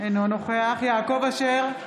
אינו נוכח יעקב אשר,